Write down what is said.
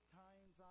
times